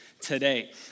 today